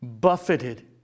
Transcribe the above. buffeted